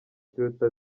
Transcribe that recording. toyota